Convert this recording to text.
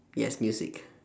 yes music